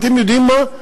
אתם יודעים מה,